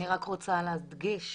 אני רק רוצה להדגיש,